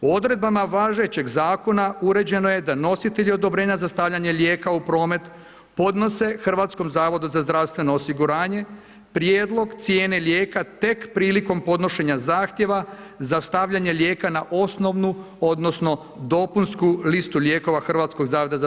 Odredbama važećeg Zakona uređeno je da nositelji odobrenja za stavljanje lijeka u promet podnose HZZO-u prijedlog cijene lijeka tek prilikom podnošenja zahtjeva za stavljanje lijeka na osnovnu odnosno dopunsku listu lijekova HZZO-a.